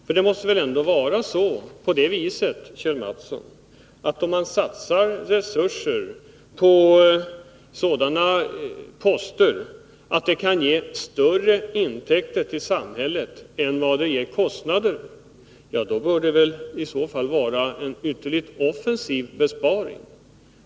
För det måste väl ändå vara på det viset, Kjell Mattsson, att om man satsar resurser på sådana poster att intäkterna för samhället blir större än kostnaderna, så bör det vara en ytterst offensiv besparing.